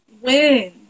win